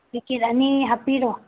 packet ꯑꯅꯤ ꯍꯥꯞꯄꯤꯔꯣ